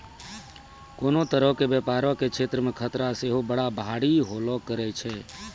कोनो तरहो के व्यपारो के क्षेत्रो मे खतरा सेहो बड़ा भारी होलो करै छै